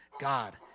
God